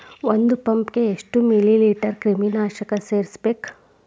ಒಂದ್ ಪಂಪ್ ಗೆ ಎಷ್ಟ್ ಮಿಲಿ ಲೇಟರ್ ಕ್ರಿಮಿ ನಾಶಕ ಸೇರಸ್ಬೇಕ್?